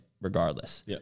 regardless